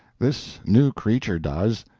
this new creature does.